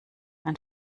ein